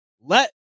Let